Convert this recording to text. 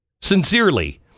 Sincerely